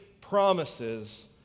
promises